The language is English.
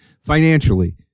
financially